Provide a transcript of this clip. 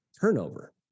turnover